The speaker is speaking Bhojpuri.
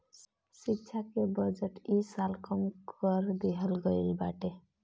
शिक्षा के बजट इ साल कम कर देहल गईल बाटे